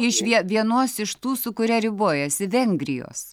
išvien vienos iš tų su kuria ribojasi vengrijos